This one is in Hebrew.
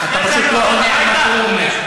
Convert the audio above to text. אתה פשוט לא עונה על מה שהוא אומר.